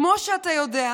כמו שאתה יודע,